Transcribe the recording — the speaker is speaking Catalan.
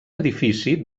edifici